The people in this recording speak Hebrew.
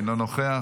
אינו נוכח,